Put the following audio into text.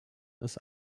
ist